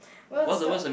well the third